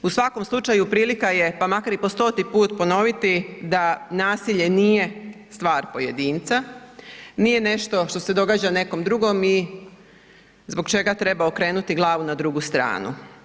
U svakom slučaju, prilika je, pa makar i po stoti put ponoviti, da nasilje nije stvar pojedinca, nije nešto što se događa nekom drugom i zbog čega treba okrenuti glavu na drugu stranu.